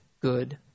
good